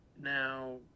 Now